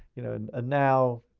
you know, and ah now,